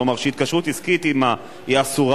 כלומר שהתקשרות עסקית עמה אסורה,